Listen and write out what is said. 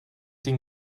den